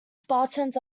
spartans